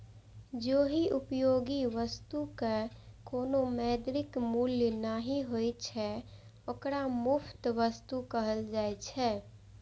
जाहि उपयोगी वस्तुक कोनो मौद्रिक मूल्य नहि होइ छै, ओकरा मुफ्त वस्तु कहल जाइ छै